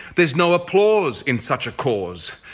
there's no applause in such a cause.